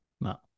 No